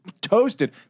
toasted